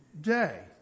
day